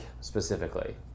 specifically